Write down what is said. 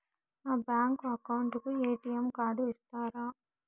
నా bank account కు ATM card ఇస్తారా